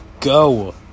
go